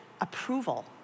approval